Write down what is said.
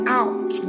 out